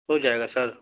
ہو جائے گا سر